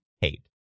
hate